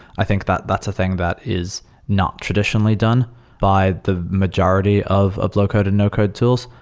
i think that that's a thing that is not traditionally done by the majority of of low code and no code tools,